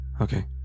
Okay